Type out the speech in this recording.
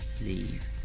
leave